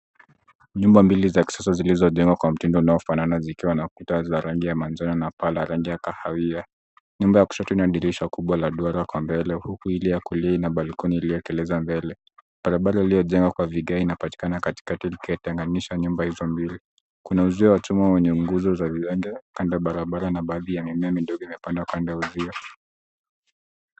Nyumba mbili za kisasa zilizojengwa kwa mtindo unaofanana zikiwa na kuta za rangi ya manjano na paa la rangi ya kahawia. Nyumba ya kushoto lina dirisha kubwa la duara kwa mbele huku ile ya kulia ina balkoni iliyoekeleza mbele. Barabara iliyojengwa kwa vigae inapatikana katikati ikitenganisha nyumba hizo mbili. Kuna uzio wa chuma wenye nguzo za viwenge kando ya barabara na baadhi ya mimea midogo imepandwa kando ya uzio.